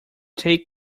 take